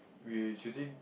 we are choosing